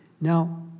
Now